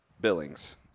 Billings